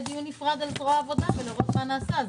דיון נפרד על זרוע העבודה לראות מה נעשה.